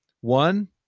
One